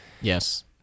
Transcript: yes